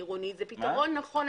העירונית, הוא פתרון נכון.